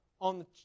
on